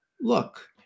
look